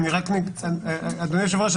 אדוני היושב-ראש,